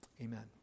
Amen